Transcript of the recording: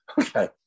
okay